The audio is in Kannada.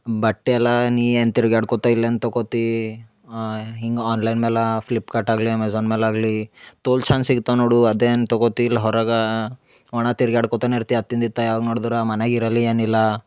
ಬಟ್ಟೆ ಎಲ್ಲಾ ನೀ ಏನು ತಿರ್ಗ್ಯಾಡ್ಕೊತ ಇಲ್ಲೇನು ತಕೊತಿ ಹಿಂಗ ಆನ್ಲೈನ್ ಮ್ಯಾಲೆ ಫ್ಲಿಪ್ಕಾರ್ಟ್ ಆಗಲಿ ಅಮೇಝಾನ್ ಮೇಲೆ ಆಗಲಿ ತೋಲ್ ಚಂದ್ ಸಿಗ್ತಾವ ನೋಡು ಅದೇನು ತಗೊತಿ ಇಲ್ಲಿ ಹೊರಗ ಒಣ ತಿರ್ಗ್ಯಾಡ್ಕೊತನ ಇರ್ತಿ ಅತ್ತಿಂದ ಇತ್ತ ಯಾವಾಗ ನೋಡುದ್ದರೂ ಆ ಮನ್ಯಾಗ ಇರಲಿ ಏನಿಲ್ಲ